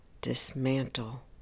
dismantle